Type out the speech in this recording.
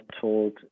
told